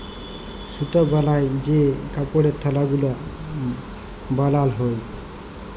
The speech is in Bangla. সুতা বালায় যে কাপড়ের থাল গুলা বালাল হ্যয়